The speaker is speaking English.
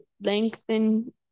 lengthen